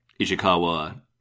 Ishikawa